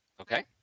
okay